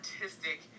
artistic